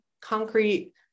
concrete